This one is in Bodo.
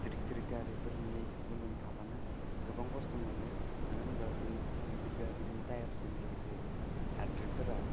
गिदिर गारिफोरनि उन उन थांबानो गोबां खस्थ' मानोहोनोबा बे गिदिर गिदिर गारिनि टायरजों लोगोसे हाद्रिफोरा